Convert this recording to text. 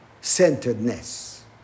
centeredness